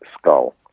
skull